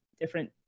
different